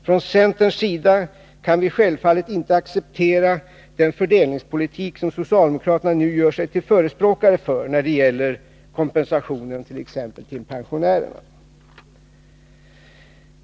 Från centerns sida kan vi självfallet inte acceptera den fördelningspolitik som socialdemokraterna nu gör sig till förespråkare för t.ex. när det gäller kompensationerna till pensionärerna.